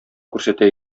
күрсәтә